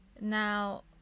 Now